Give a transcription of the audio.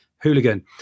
Hooligan